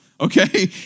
okay